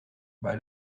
bij